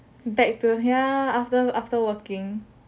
back to ya after after working